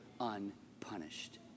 unpunished